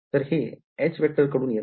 तर हे कडून येत आहे